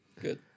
Good